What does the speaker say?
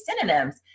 synonyms